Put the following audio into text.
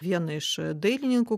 vieną iš dailininkų